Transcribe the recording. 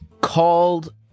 called